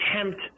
attempt